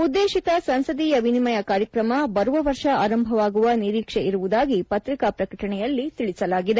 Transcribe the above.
ಉದ್ದೇಶಿತ ಸಂಸದೀಯ ವಿನಿಮಯ ಕಾರ್ಯಕ್ರಮ ಬರುವ ವರ್ಷ ಆರಂಭವಾಗುವ ನಿರೀಕ್ಷೆ ಇರುವುದಾಗಿ ಪತ್ರಿಕಾ ಪ್ರಕಟಣೆಯಲ್ಲಿ ತಿಳಿಸಲಾಗಿದೆ